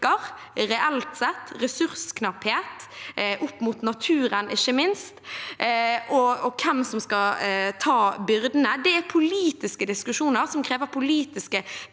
ressursknapphet opp mot naturen, ikke minst, og hvem som skal ta byrden – er politiske diskusjoner som krever politiske